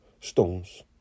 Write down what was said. stones